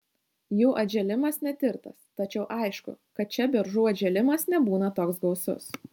jų atžėlimas netirtas tačiau aišku kad čia beržų atžėlimas nebūna toks gausus